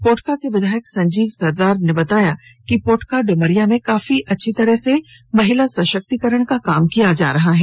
पोटका के विधायक संजीव सरदार ने बताया कि पोटका डुमरिया में काफी अच्छी तरह से महिला सशक्तिकरण का काम चल रहा है